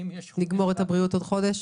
נגמור את הבריאות בעוד חודש,